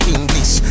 English